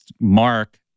Mark